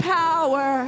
power